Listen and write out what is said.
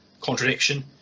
contradiction